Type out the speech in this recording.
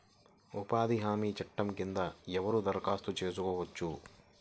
ఉపాధి హామీ చట్టం కింద ఎవరు దరఖాస్తు చేసుకోవచ్చు?